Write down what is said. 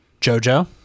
Jojo